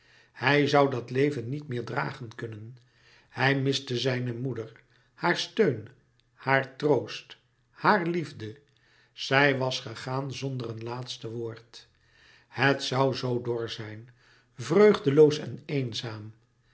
hij zoû dat leven niet meer dragen kunnen hij miste zijne moeder haar steun haar troost haar liefde zij was gegaan zonder een laatste woord het zoû zoo dor zijn vreugdeloos e n eenzaam